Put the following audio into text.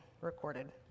recorded